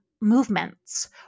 movements